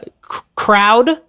crowd